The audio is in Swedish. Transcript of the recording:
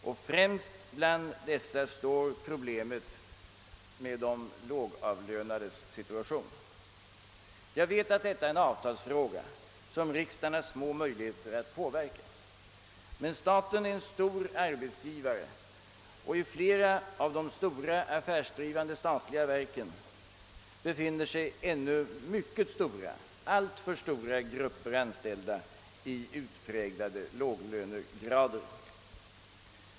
Den främsta orsaken är de lågavlönades situation. Jag vet att riksdagen har små möjligheter att påverka en avtalsfråga som denna, men staten är en stor arbetsgivare och i flera av de stora affärsdrivande verken befinner sig ännu mycket stora, alltför stora grupper av anställda i utpräglade låglönegrader.